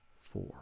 four